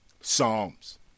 Psalms